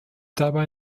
dabei